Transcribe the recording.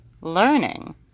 learning